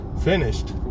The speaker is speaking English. finished